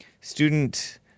student